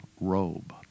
robe